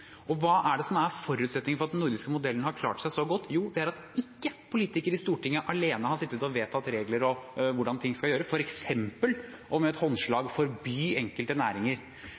Hva er det som er forutsetningen for at den nordiske modellen har klart seg så godt? Jo, det er at politikere i Stortinget ikke har sittet alene og vedtatt regler og hvordan ting skal gjøres, som f.eks. med et håndslag å forby enkelte næringer,